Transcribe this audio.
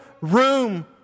room